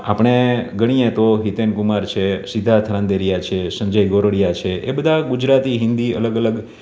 આપણે ગણીએ તો હિતેન કુમાર છે સિદ્ધાર્થ રાંદેરિયા છે સંજય ગોરડિયા છે એ બધા ગુજરાતી હિન્દી અલગ અલગ